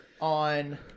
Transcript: on